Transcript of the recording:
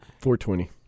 420